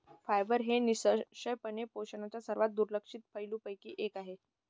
fibre हे निःसंशयपणे पोषणाच्या सर्वात दुर्लक्षित पैलूंपैकी एक आहे